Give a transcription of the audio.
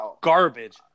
garbage